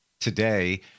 today